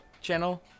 channel